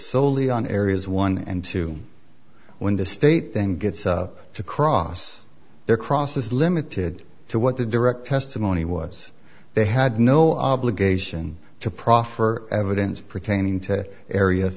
solely on areas one and two when to state them gets to cross their cross is limited to what the direct testimony was they had no obligation to proffer evidence pertaining to area